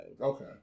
Okay